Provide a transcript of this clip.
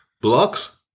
Blocks